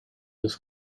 was